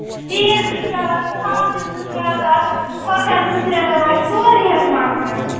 تیٖرۍ زٕ ترٛےٚ ہَتھ ژھاوجہِ زٕ ترٛےٚ حظ آسہٕ کۅکر زٕ ترٛےٚ ٲسۍ سورُے حظ مۅکلیٛو